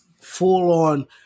full-on